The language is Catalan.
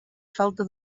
falta